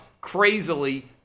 crazily